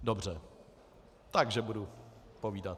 Dobře, takže budu povídat.